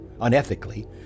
unethically